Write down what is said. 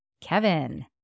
Kevin